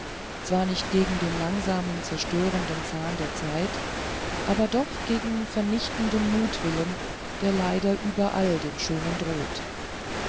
zwar nicht gegen den langsam zerstörenden zahn der zeit aber doch gegen vernichtenden mutwillen der leider überall dem schönen droht